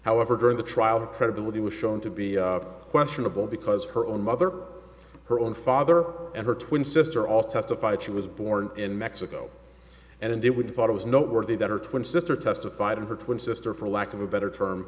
however during the trial the credibility was shown to be questionable because her own mother her own father and her twin sister all testified she was born in mexico and they would thought it was noteworthy that her twin sister testified and her twin sister for lack of a better term